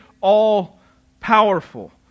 all-powerful